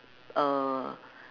uh